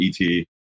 ET